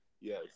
Yes